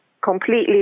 completely